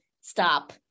stop